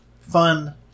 Fun